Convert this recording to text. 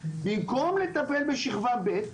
במקום לטפל בשכבה ב'